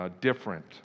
different